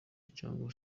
cyangwa